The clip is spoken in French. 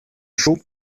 chaud